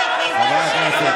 לא יכולתם.